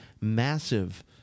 massive